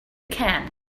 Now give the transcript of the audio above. can